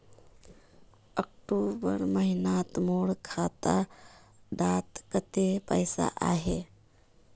अक्टूबर महीनात मोर खाता डात कत्ते पैसा अहिये?